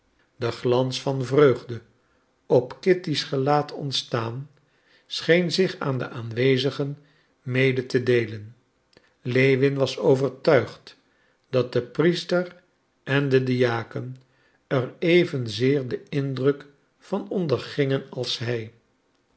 de glans van vreugde op kitty's gelaat ontstaan scheen zich aan de aanwezigen mede te deelen lewin was overtuigd dat de priester en de diaken er evenzeer den indruk van ondergingen als hij